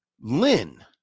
Lynn